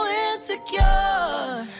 insecure